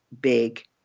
big